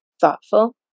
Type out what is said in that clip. thoughtful